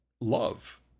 love